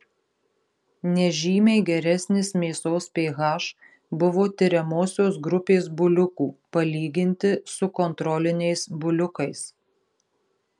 nežymiai geresnis mėsos ph buvo tiriamosios grupės buliukų palyginti su kontroliniais buliukais